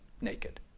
naked